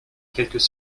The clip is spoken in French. quelques